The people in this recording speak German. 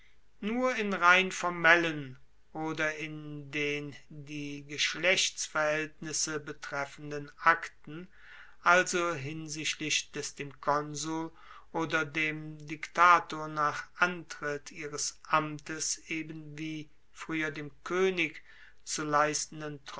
nur in rein formellen oder in den die geschlechtsverhaeltnisse betreffenden akten also hinsichtlich des dem konsul oder dem diktator nach antritt ihres amtes eben wie frueher dem koenig zu leistenden